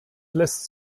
lässt